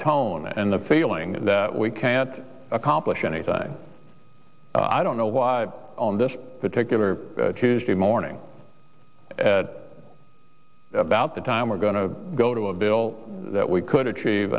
tone and the feeling that we can't accomplish anything i don't know why on this particular tuesday morning at about the time we're going to go to a bill that we could achieve